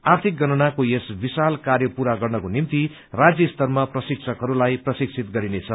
आर्थिक गणनाको यस विशाल कार्य पूरा गर्नको निम्ति राज्य स्तरमा प्रशिक्षकहरूलाई प्रशिक्षित गरिनेछ